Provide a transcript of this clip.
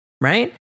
Right